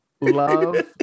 love